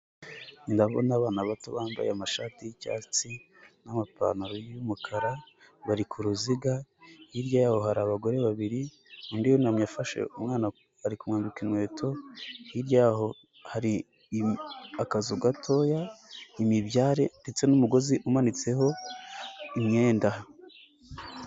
Ndabona abana bato bambaye amashati y'icyatsi n'amapantaro y'umukara bari ku ruziga, hirya y'aho hari abagore babiri, undi yunamye afashe umwana ari kumwambika inkweto, hirya y'aho hari akazu gatoya, imibyare ndetse n'umugozi umanitseho imyenda.